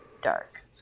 dark